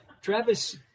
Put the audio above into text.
Travis